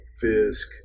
Fisk